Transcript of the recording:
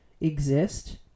exist